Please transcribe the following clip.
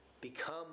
become